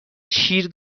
شیر